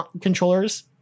controllers